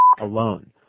alone